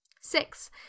Six